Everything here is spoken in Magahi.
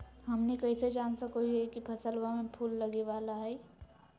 हमनी कइसे जान सको हीयइ की फसलबा में फूल लगे वाला हइ?